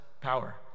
power